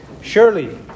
Surely